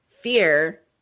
fear